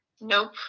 Nope